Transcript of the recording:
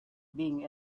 being